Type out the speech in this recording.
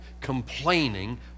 complaining